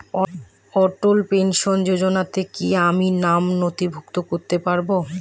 অটল pension যোজনাতে কি আমি নাম নথিভুক্ত করতে পারবো?